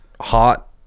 hot